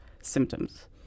symptoms